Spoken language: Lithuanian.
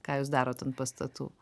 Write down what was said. ką jūs darot ant pastatų